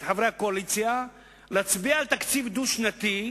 את חברי הקואליציה להצביע על תקציב דו-שנתי,